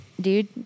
dude